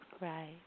Right